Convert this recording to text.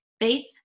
Faith